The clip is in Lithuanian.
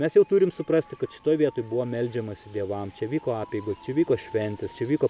mes jau turim suprasti kad šitoj vietoj buvo meldžiamasi dievam čia vyko apeigos čia vyko šventės čia vyko